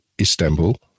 Istanbul